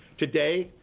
today,